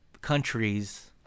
countries